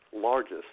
largest